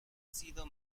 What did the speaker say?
sido